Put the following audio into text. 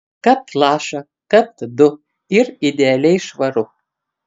kapt lašą kapt du ir idealiai švaru